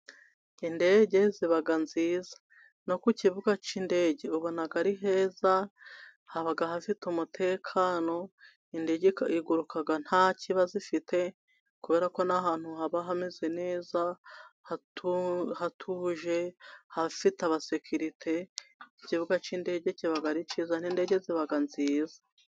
Indege ziba nziza, no ku kibuga k'indege ubona ari heza haba hafite umutekano, indege iguruka ntakibazo ifite kubera ko n'ahantu haba hameze neza, hatuje hafite abasekirite ikibuga cy'indege kibaba ari kiza n'indege ziba ari nziza.